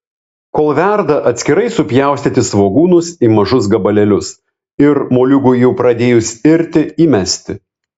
kol verda atskirai supjaustyti svogūnus į mažus gabalėlius ir moliūgui jau pradėjus irti įmesti